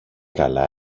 καλά